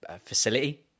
facility